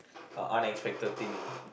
uh unexpected thing ah